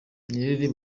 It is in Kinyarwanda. nirere